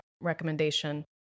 recommendation